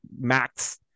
Max